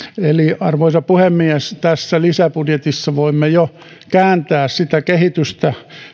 arvoisa puhemies tässä lisäbudjetissa voimme jo kääntää kehitystä